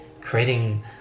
creating